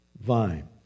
vine